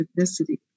ethnicity